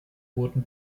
wurden